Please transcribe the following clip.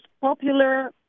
popular